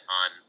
on